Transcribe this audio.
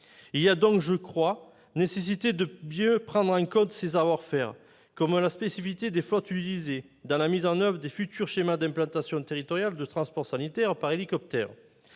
Il y a donc, je le crois, nécessité de mieux prendre en compte ces savoir-faire, comme la spécificité des flottes utilisées, dans la mise en oeuvre des futurs schémas d'implantation territoriale de transport sanitaire par hélicoptère.